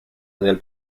del